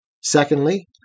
Secondly